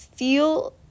Feel